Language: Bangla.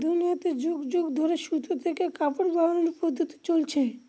দুনিয়াতে যুগ যুগ ধরে সুতা থেকে কাপড় বানানোর পদ্ধপ্তি চলছে